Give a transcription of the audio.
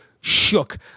shook